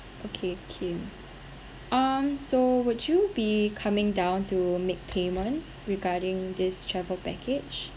okay kim um so would you be coming down to make payment regarding this travel package